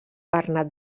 bernat